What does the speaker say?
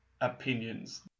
opinions